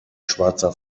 schwarzer